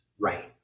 right